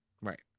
Right